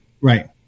Right